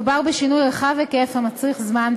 מדובר בשינוי רחב היקף המצריך זמן,